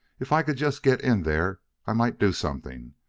if i could just get in there i might do something.